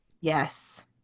Yes